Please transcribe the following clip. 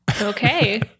Okay